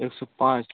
एक सौ पाँच